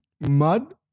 mud